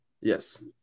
Yes